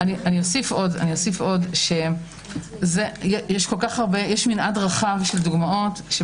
אני אוסיף ואומר, שיש מנעד רחב של דוגמאות.